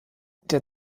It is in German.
der